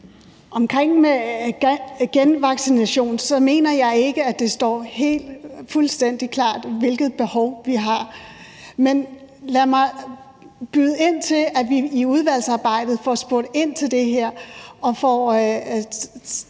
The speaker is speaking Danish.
Omkring genvaccination mener jeg ikke, at det står helt fuldstændig klart, hvilket behov vi har. Men lad mig byde ind til, at vi i udvalgsarbejdet får spurgt ind til det her og får taget